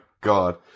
God